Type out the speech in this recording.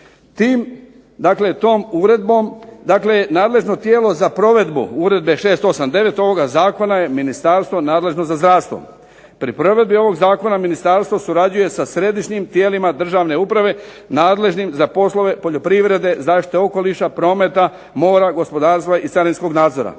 Tim, dakle tom uredbom, dakle nadležno tijelo za provedbu uredbe 689. ovoga zakona je ministarstvo nadležno za zdravstvo. Pri provedbi ovog zakona ministarstvo surađuje sa središnjim tijelima državne uprave nadležnim za poslove poljoprivrede, zaštite okoliša, prometa, mora, gospodarstva i sanitetskog nadzora,